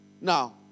Now